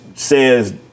says